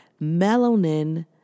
Melanin